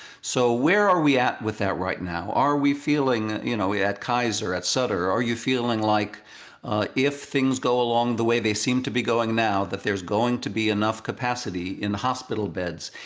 so where are we at with that right now? are we feeling you know at kaiser at sutter, are you feeling like if things go along the way they seem to be going now that there's going to be enough capacity in the hospital beds,